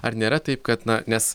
ar nėra taip kad na nes